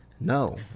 No